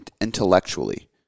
intellectually